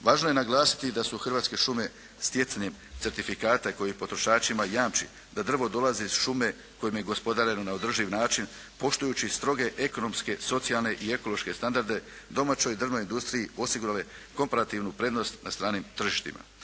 Važno je naglasiti da su Hrvatske šume stjecanjem certifikata koji potrošačima jamči da drvo dolazi iz šume kojim je gospodareno na održiv način poštujući stroge ekonomske, socijalne i ekološke standarde domaćoj drvnoj industriji osigurale komparativnu prednost na stranim tržištima.